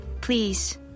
please